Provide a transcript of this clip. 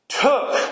took